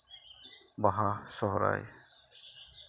ᱵᱟᱦᱟ ᱥᱚᱨᱦᱟᱭ